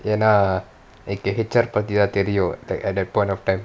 என்ன:enaa H_R பத்தி தான் தெரியும்:pathi thaan teriyum at that point of time